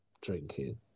drinking